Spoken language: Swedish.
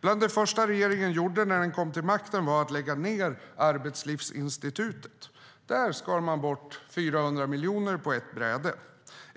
En av de första sakerna som regeringen gjorde när den kom till makten var att lägga ned Arbetslivsinstitutet. Där skar man bort 400 miljoner på ett bräde.